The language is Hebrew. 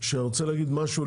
שרוצה להגיד משהו?